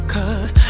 Cause